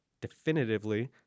definitively